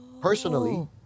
personally